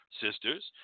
sisters